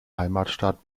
heimatstadt